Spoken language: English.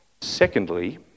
Secondly